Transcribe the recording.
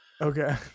Okay